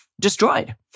destroyed